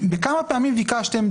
בכמה פעמים ביקשתם,